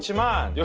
yeah mom. yeah